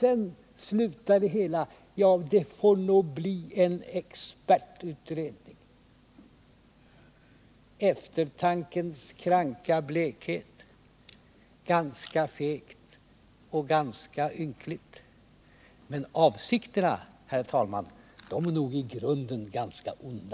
Sedan slutar det hela: ja, det får nog bli en expertutredning. Eftertankens kranka blekhet, ganska fegt och ganska ynkligt, men avsikterna är nog i grunden ganska onda.